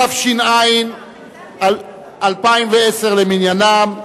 התשע"א 2010, למניינם,